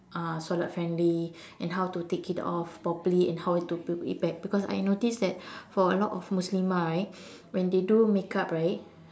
ah solat friendly and how to take it off properly and how to put it back because I noticed that for a lot of muslimah right when they do makeup right